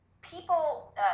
people